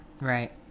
right